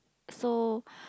so